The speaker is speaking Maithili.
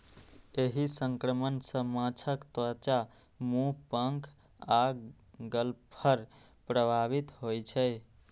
एहि संक्रमण सं माछक त्वचा, मुंह, पंख आ गलफड़ प्रभावित होइ छै